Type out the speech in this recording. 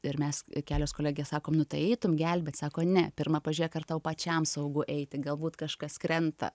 ir mes kelios kolegės sakom nu tai eitum gelbėt sako ne pirma pažiūrėk ar tau pačiam saugu eiti galbūt kažkas krenta